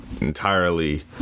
entirely